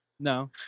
No